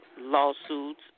lawsuits